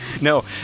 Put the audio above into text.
No